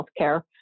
healthcare